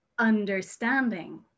understanding